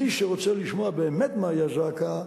מי שרוצה לשמוע באמת מהי הזעקה,